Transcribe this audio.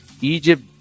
Egypt